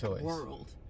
world